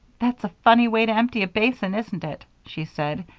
that's a funny way to empty a basin, isn't it? she said.